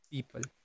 People